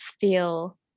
feel